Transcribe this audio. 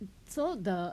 so the